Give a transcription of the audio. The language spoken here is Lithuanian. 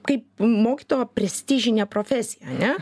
kaip mokyto prestižinę profesiją ane